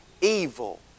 evil